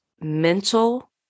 mental